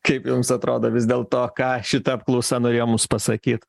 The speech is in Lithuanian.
kaip jums atrodo vis dėl to ką šita apklausa norėjo mus pasakyt